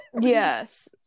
Yes